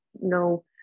no